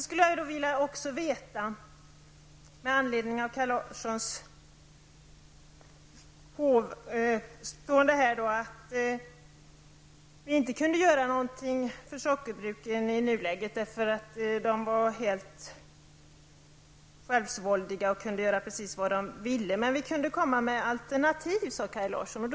Kaj Larsson påstod att det inte fanns någonting att göra för sockerbruken i nuläget, därför att man där är helt självsvåldig och kan göra precis som man vill. Men Kaj Larsson sade att vi kunde komma med alternativ.